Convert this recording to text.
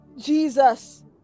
jesus